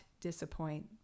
disappoint